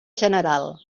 general